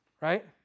right